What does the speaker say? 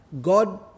God